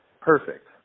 perfect